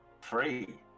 Free